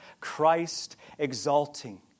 Christ-exalting